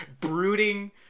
brooding